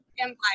empire